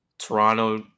Toronto